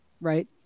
right